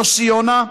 יוסי יונה,